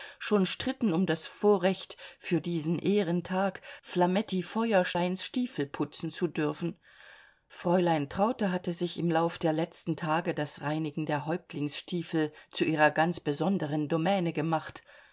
schon stritten um das vorrecht für diesen ehrentag flametti feuerscheins stiefel putzen zu dürfen fräulein traute hatte sich im lauf der letzten tage das reinigen der häuptlingsstiefel zu ihrer ganz besonderen domäne gemacht